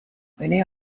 many